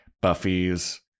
Buffy's